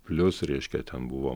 plius reiškia ten buvo